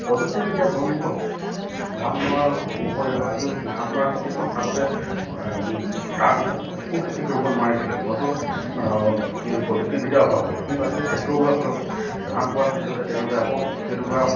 প্ৰযুক্তিবিদ্যা সলনিৰ ফলত ধান মৰাৰ উপৰিও আজি ধান মৰা খেতিখন আগতে তাৰপিছত একো খেতি কৰিব নোৱাৰিছিলে হয়তো এই প্ৰযুক্তিবিদ্যাৰ অভাৱ হ'ল কিন্তু আজিকালি ট্ৰেক্টৰ ওলোৱাৰ ফলত ধান হোৱাৰ পিছতে তেওঁলোকে আকৌ সেইটোকোৰা